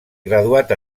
graduat